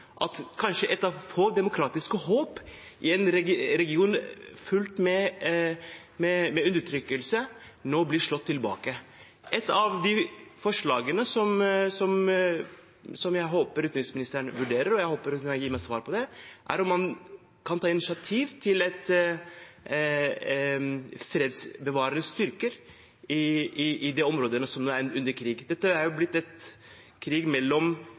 at kanskje ett av få demokratiske håp i en region full av undertrykkelse nå blir slått tilbake. Ett av de forslagene som jeg håper utenriksministeren vurderer – og jeg håper hun kan gi meg svar på det – er om man kan ta initiativ til fredsbevarende styrker i områdene som er i krig. Dette er blitt en krig mellom